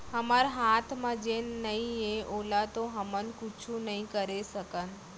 हमर हाथ म जेन नइये ओला तो हमन कुछु नइ करे सकन